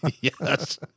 Yes